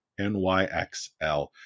NYXL